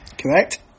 Correct